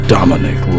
Dominic